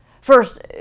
First